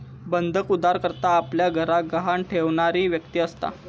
बंधक उधारकर्ता आपल्या घराक गहाण ठेवणारी व्यक्ती असता